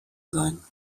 sein